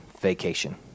vacation